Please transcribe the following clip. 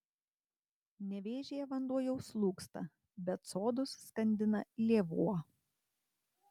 nevėžyje vanduo jau slūgsta bet sodus skandina lėvuo